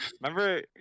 Remember